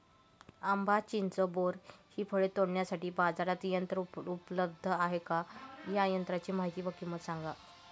आंबा, चिंच, बोर हि फळे तोडण्यासाठी बाजारात यंत्र उपलब्ध आहेत का? या यंत्रांची माहिती व किंमत सांगा?